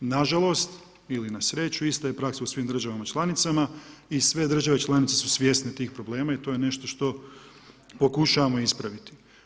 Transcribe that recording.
Nažalost, ili na sreću, ista je praksa u svim državama članicama i sve države članice su svjesne tih problema i to je nešto što pokušavamo ispraviti.